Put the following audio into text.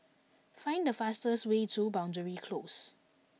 find the fastest way to Boundary Close